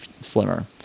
slimmer